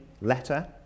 letter